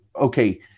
Okay